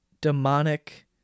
demonic